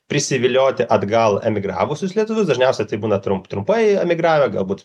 prisivilioti atgal emigravusius lietuvius dažniausia tai būna trum trumpai emigravę galbūt